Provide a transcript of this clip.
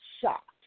shocked